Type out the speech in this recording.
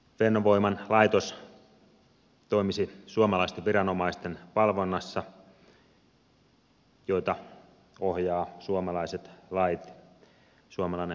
fennovoiman laitos toimisi suomalaisten viranomaisten valvonnassa joita ohjaavat suomalaiset lait suomalainen hallintokulttuuri